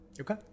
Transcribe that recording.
Okay